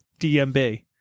DMB